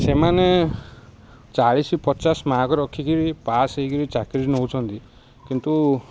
ସେମାନେ ଚାଳିଶ ପଚାଶ ମାର୍କ ରଖିକରି ପାସ୍ ହେଇକରି ଚାକିରି ନେଉଛନ୍ତି କିନ୍ତୁ